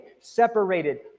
separated